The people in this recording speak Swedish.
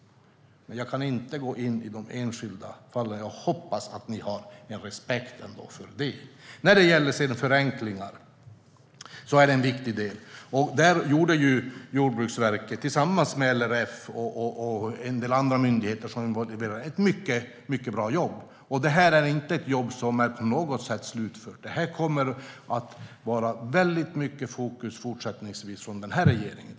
Men jag kan inte gå in i de enskilda fallen; jag hoppas att ni ändå har respekt för det. Förenklingar är en viktig del. Där gjorde Jordbruksverket, tillsammans med LRF och en del andra myndigheter, ett mycket bra jobb. Detta är inte ett jobb som på något sätt är slutfört, utan det kommer fortsättningsvis att ha mycket fokus från den här regeringen.